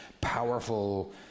powerful